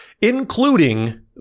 including